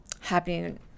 happening